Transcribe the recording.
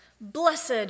Blessed